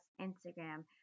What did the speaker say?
Instagram